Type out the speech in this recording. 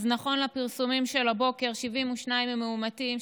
נכון לפרסומים של הבוקר 72 הם מאומתים,